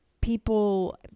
people